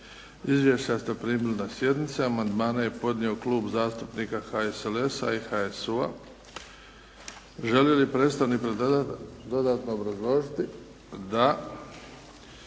Izvješća ste primili na sjednici. Amandmane je podnio Klub zastupnika HSLS-a i HSU-a. Želi li predlagatelja dodatno obrazložiti? Da.